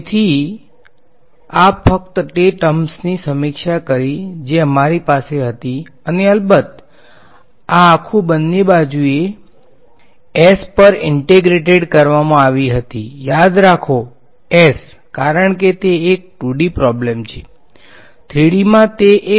તેથી આ ફક્ત તે ટર્મસની સમીક્ષા કરી જે અમારી પાસે હતી અને અલબત્ત આ આખુ બંને બાજુઓ પર ઈંટેગ્રેટેડ કરવામાં આવી હતી યાદ રાખો કારણ કે તે એક 2D પ્રોબ્લેમ છે